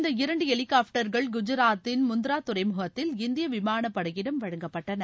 இந்த இரண்டு ஹெலிப்டர்களம் குஜராத்தின் முந்த்ரா துறை முகத்தில் இந்திய விமானப்படையிடம் வழங்கப்பட்டன